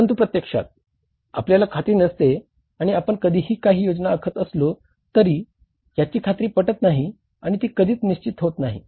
परंतु प्रत्यक्षात आपल्याला खात्री नसते आणि आपण कधीही काही योजना आखत असलो तरी याची खात्री पटत नाही आणि ती कधीच निश्चित होत नाही